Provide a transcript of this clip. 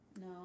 No